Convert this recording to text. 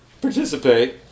participate